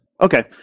Okay